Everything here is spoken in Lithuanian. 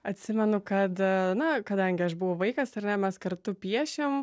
atsimenu kad na kadangi aš buvau vaikas ar ne mes kartu piešėm